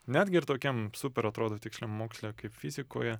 netgi ir tokiam super atrodo tiksliam moksle kaip fizikoje